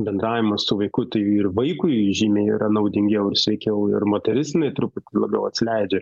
bendravimą su vaiku tai ir vaikui žymiai yra naudingiau ir sveikiau ir moteris jinai truputį labiau atsileidžia